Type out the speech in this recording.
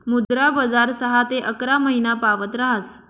मुद्रा बजार सहा ते अकरा महिनापावत ऱहास